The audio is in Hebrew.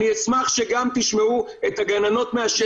אני אשמח שתשמעו את הגננות מהשטח.